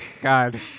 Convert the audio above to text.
god